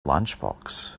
lunchbox